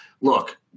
look